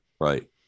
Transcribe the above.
right